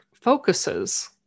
focuses